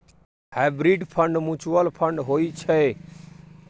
hybrid fund mutual fund होइ छै